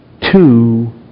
two